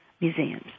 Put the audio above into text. museums